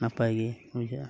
ᱱᱟᱯᱟᱭ ᱜᱮ ᱵᱩᱡᱷᱟᱹᱜᱼᱟ